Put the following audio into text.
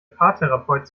paartherapeut